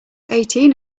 eighteen